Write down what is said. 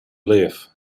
live